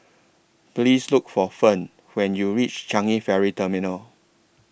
Please Look For Ferne when YOU REACH Changi Ferry Terminal